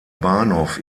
bahnhof